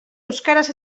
euskaraz